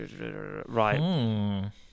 Right